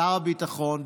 שר הביטחון,